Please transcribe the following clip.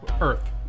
earth